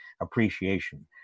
appreciation